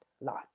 lot